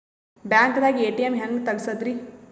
ಬ್ಯಾಂಕ್ದಾಗ ಎ.ಟಿ.ಎಂ ಹೆಂಗ್ ತಗಸದ್ರಿ?